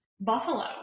buffalo